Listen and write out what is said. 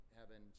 Heaven